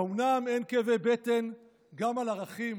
האומנם אין כאבי בטן גם על ערכים?